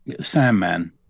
Sandman